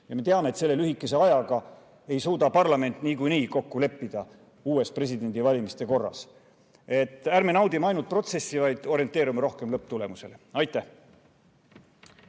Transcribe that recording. Me teame, et selle lühikese ajaga ei suuda parlament niikuinii kokku leppida uues presidendivalimiste korras. Ärme naudime ainult protsessi, vaid orienteerume rohkem lõpptulemusele! Aitäh!